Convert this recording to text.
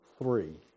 three